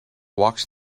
walks